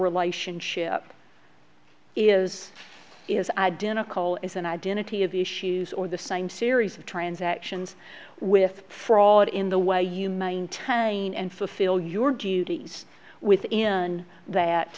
relationship is it is identical as an identity of the issues or the same series of transactions with fraud in the way you maintain and fulfill your duties within that